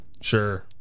Sure